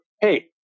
hey